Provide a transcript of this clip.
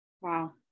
Wow